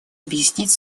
объяснить